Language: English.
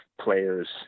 players